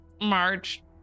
march